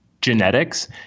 Genetics